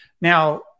now